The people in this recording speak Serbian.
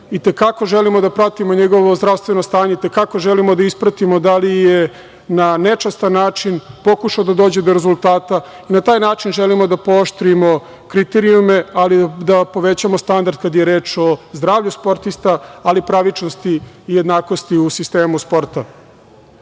i te kako želimo da pratimo njegovo zdravstveno stanje, i te kako želimo da ispratimo da li je na nečastan način pokušao da dođe do rezultata i na taj način želimo da pooštrimo kriterijume, ali i da povećamo standard kada je reč o zdravlju sportista, ali i pravičnosti i jednakosti u sistemu sporta. Vrlo